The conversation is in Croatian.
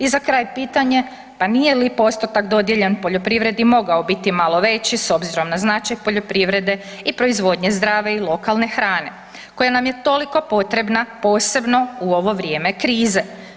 I za kraj pitanje, pa nije li postotak dodijeljen poljoprivredi mogao biti malo veći, s obzirom na značaj poljoprivrede i proizvodnje zdrave i lokalne hrane koja nam je toliko potrebna, posebno u ovo vrijeme krize?